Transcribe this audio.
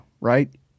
right